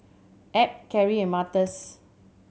Ab Keri and Martez